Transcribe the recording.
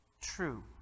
true